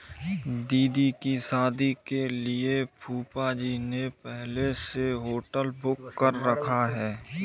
दीदी की शादी के लिए फूफाजी ने पहले से होटल बुक कर रखा है